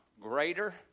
greater